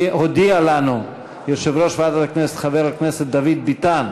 הודיע לנו יושב-ראש ועדת הכנסת חבר הכנסת דוד ביטן